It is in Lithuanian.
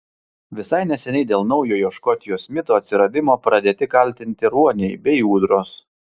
visai neseniai dėl naujojo škotijos mito atsiradimo pradėti kaltinti ruoniai bei ūdros